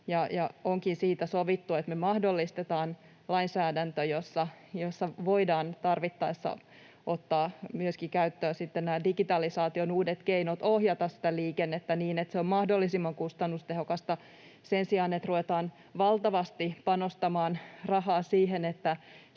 onkin sovittu siitä, että me mahdollistetaan lainsäädäntöä, jolla voidaan tarvittaessa ottaa käyttöön myöskin nämä digitalisaation uudet keinot ohjata sitä liikennettä niin, että se on mahdollisimman kustannustehokasta sen sijaan, että ruvetaan valtavasti panostamaan rahaa siihen,